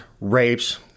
rapes